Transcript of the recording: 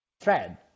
thread